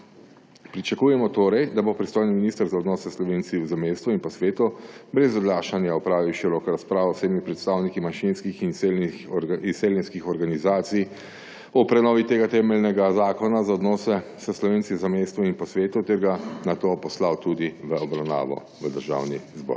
Pričakujemo torej, da bo pristojni minister za odnose s Slovenci v zamejstvu in po svetu brez odlašanja opravil široko razpravo z vsemi predstavniki manjšinskih in izseljenskih organizacij o prenovi tega temeljnega zakona za odnose s Slovenci v zamejstvu in po svetu ter ga nato poslal tudi v obravnavo v Državni zbor.